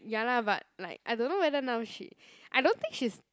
ya lah but like I don't know whether now she I don't think she's